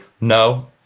no